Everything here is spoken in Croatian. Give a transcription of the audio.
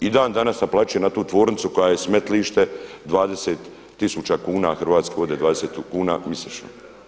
I dan danas naplaćuje na tu tvornicu koja je smetlište 20 tisuća kuna Hrvatske vode 20 kuna mjesečno.